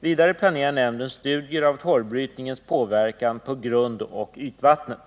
Vidare planerar nämnden studier av torvbrytningens påverkan på grundoch ytvattnet.